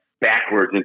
backwards